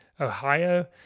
Ohio